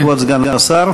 כבוד סגן השר.